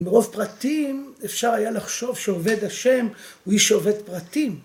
מרוב פרטים אפשר היה לחשוב שעובד השם הוא איש שעובד פרטים.